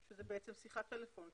שבעצם זאת שיחת טלפון.